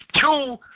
Two